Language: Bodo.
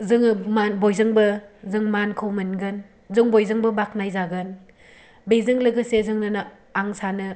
जोङो मान बयजोंबो जों मानखौ मोनगोन जों बयजोंबो बाखनाय जागोन बेजों लोगोसे जोंनोनो आं सानो